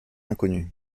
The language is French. inconnue